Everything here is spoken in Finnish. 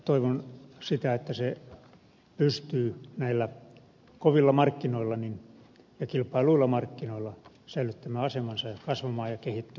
toivon sitä että se pystyy näillä kovilla markkinoilla ja kilpailluilla markkinoilla säilyttämään asemansa ja kasvamaan ja kehittymään edelleen